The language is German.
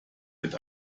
mit